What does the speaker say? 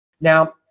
Now